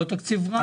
לא תקציב רע.